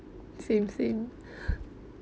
same same